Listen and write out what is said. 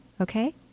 Okay